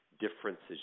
differences